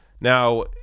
Now